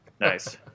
Nice